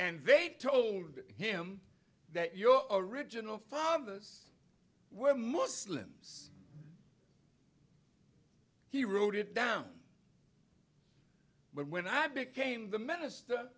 and they told him that your original farmers were muslims he wrote it down but when i became the minister